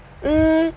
mm